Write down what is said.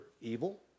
evil